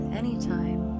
anytime